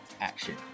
Action